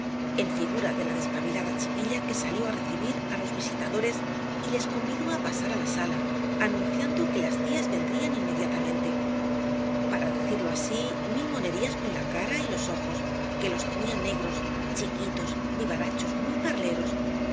en figura de la despabilada chiquilla que salió á recibir á los visitadores y les convidó á pasar á la sala anunciando que las tías vendrían inmediatamente para decirlo hizo mil monerías con la cara y los ojos que los tenía negros chiquitos vivarachos muy parleros